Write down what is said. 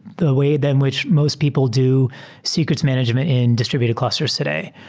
the way then which most people do secrets management in distributed clusters today.